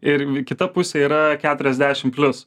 ir kita pusė yra keturiasdešim plius